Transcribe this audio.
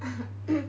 I